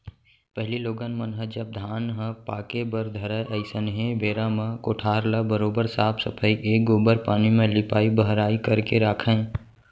पहिली लोगन मन ह जब धान ह पाके बर धरय अइसनहे बेरा म कोठार ल बरोबर साफ सफई ए गोबर पानी म लिपाई बहराई करके राखयँ